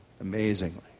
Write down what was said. amazingly